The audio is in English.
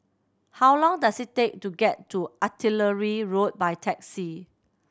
how long does it take to get to Artillery Road by taxi